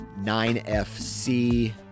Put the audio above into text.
9fc